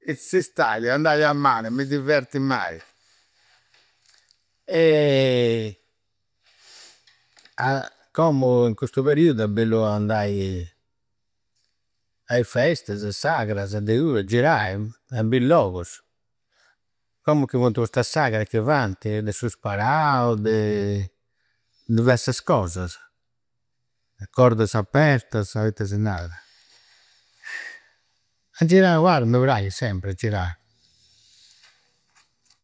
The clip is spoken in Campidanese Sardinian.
In s'istadi andai a mare, mi divverti meda. Ah! Commu, in custu periudu, è bellu andai ai festasa, a i sagrasa degu. Girai, a bi logusu. Commu chi funti custa sagra chi fainti, de su sparau de. Diversas cosas. Cortes apertasa, itta si naidi. A girai u pagu mi praghi sempri, girai.